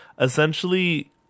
Essentially